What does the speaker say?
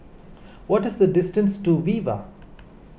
what is the distance to Viva